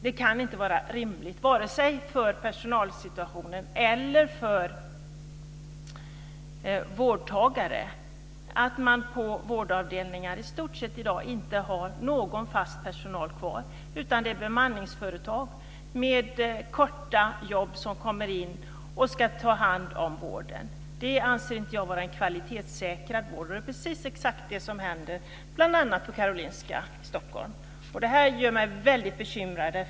Det kan inte vara rimligt vare sig för personalsituationen eller för vårdtagarna att man på vårdavdelningar i dag inte har i stort sett någon fast personal kvar, utan det kommer in bemanningsföretag med korttidsanställningar som ska ta hand om vården. Det anser jag inte vara en kvalitetssäkrad vård. Det är exakt det som händer bl.a. på Karolinska sjukhuset i Stockholm, och det här gör mig väldigt bekymrad.